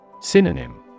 Synonym